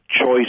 choice